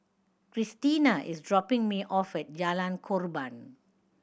Christiana is dropping me off at Jalan Korban